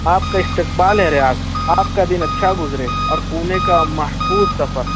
آپ کا استقبال ہے ریاض آپ کا دن اچھا گزرے اور پونے کا محفوظ سفر